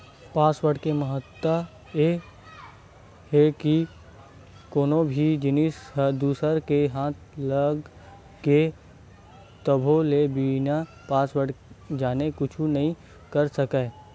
password के महत्ता ए हे के कोनो भी जिनिस ह दूसर के हाथ लग गे तभो ले बिना पासवर्ड जाने कुछु नइ कर सकय